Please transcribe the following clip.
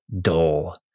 dull